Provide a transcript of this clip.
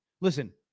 Listen